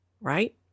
right